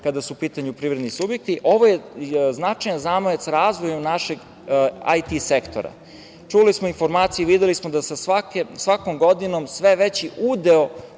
kada su u pitanju privredni subjekti. Ovo je značajan zamajac razvoju našeg IT sektora. Čuli smo informaciju i videli smo da svakom godinom sve veći udeo